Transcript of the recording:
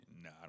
No